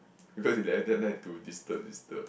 because they every time like to disturb disturb